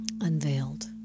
unveiled